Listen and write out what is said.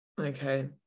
okay